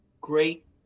great